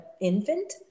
infant